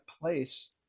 place